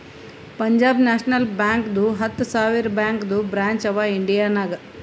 Punjab national ಬ್ಯಾಂಕ್ದು ಹತ್ತ ಸಾವಿರ ಬ್ಯಾಂಕದು ಬ್ರ್ಯಾಂಚ್ ಅವಾ ಇಂಡಿಯಾ ನಾಗ್